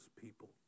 people